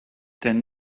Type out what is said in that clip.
ten